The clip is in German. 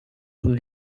von